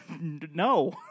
no